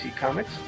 Comics